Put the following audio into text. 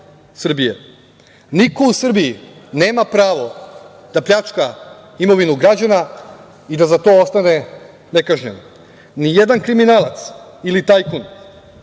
u Srbiji nema pravo da pljačka imovinu građana i da za to ostane nekažnjen. Nijedan kriminalac ili tajkun